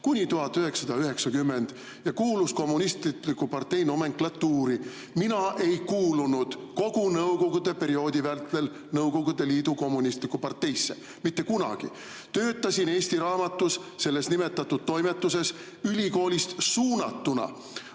aastani 1990 ja kuulus kommunistliku partei nomenklatuuri. Mina ei kuulunud kogu Nõukogude perioodi vältel Nõukogude Liidu Kommunistlikku Parteisse. Mitte kunagi. Töötasin Eesti Raamatus, selles nimetatud toimetuses, ülikoolist suunatuna.